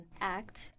act